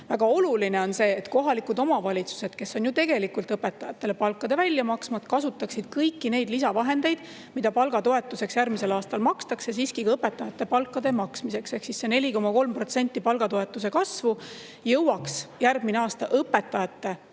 Väga oluline on see, et kohalikud omavalitsused, kes on tegelikult õpetajatele palkade maksjad, kasutaksid kõiki neid lisavahendeid, mida palgatoetuseks järgmisel aastal makstakse, siiski õpetajate palkade maksmiseks, et see 4,3% palgatoetuse kasvu jõuaks järgmisel aastal õpetajate